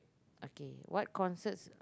okay what concert